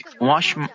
wash